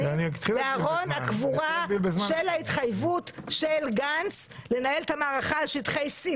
בארון הקבורה של ההתחייבות של גנץ לנהל את המערכה על שטחי סין.